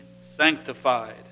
sanctified